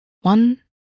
One